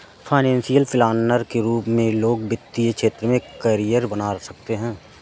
financial planner के रूप में लोग वित्तीय क्षेत्र में करियर बना सकते हैं